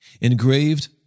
engraved